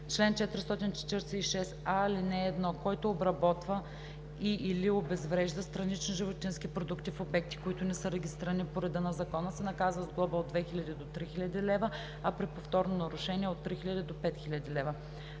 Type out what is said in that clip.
„Чл. 446а. (1) Който обработва и/или обезврежда странични животински продукти в обекти, които не са регистрирани по реда на закона, се наказва с глоба от 2000 до 3000 лв., а при повторно нарушение – от 3000 до 5000 лв.